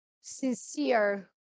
sincere